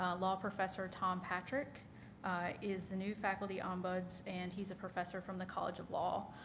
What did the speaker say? law law professor tom patrick is the new faculty ombuds and he's a professor from the college of law.